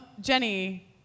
Jenny